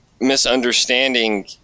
misunderstanding